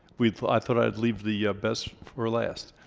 we thought i'd thought i'd leave the ah best for last.